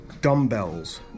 dumbbells